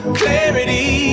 clarity